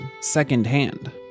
secondhand